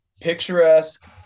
picturesque